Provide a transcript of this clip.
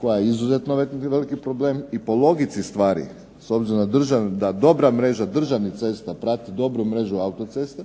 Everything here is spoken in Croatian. koja je izuzetno veliki problem i po logici stvari s obzirom da dobra mreža državnih cesta prati dobru mrežu autocesta